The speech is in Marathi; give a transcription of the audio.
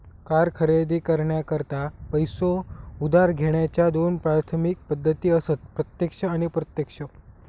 कार खरेदी करण्याकरता पैसो उधार घेण्याच्या दोन प्राथमिक पद्धती असत प्रत्यक्ष आणि अप्रत्यक्ष